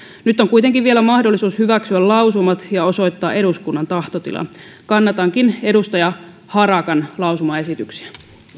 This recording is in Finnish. nyt on kuitenkin vielä mahdollisuus hyväksyä lausumat ja osoittaa eduskunnan tahtotila kannatankin edustaja harakan lausumaesityksiä